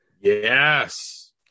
Yes